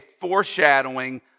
foreshadowing